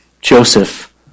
Joseph